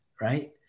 right